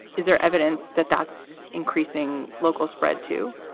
is there evidence that that's increasing local spread, too?